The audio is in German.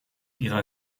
ihrer